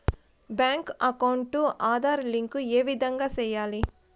Bank account Aadhaar link ఏ విధంగా సెయ్యాలి?